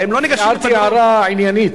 הערתי הערה עניינית.